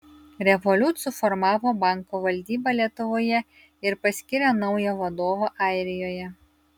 revolut suformavo banko valdybą lietuvoje ir paskyrė naują vadovą airijoje